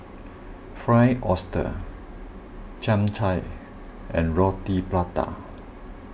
Fried Oyster Chap Chai and Roti Prata